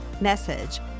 message